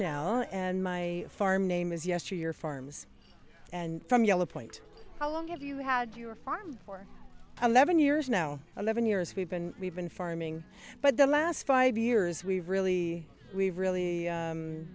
l and my farm name is yesteryear farms and from yellow point how long have you had your farm for eleven years now eleven years we've been we've been farming but the last five years we've really we've really